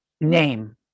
name